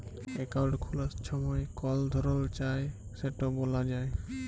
account খুলার ছময় কল ধরল চায় সেট ব্যলা যায়